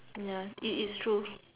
ya it is true